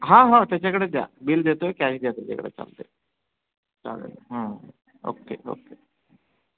हां हां त्याच्याकडे द्या बिल देतोय कॅश द्या त्याच्याकडे चालत आहे चालेल हां ओके ओके